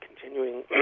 continuing